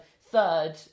third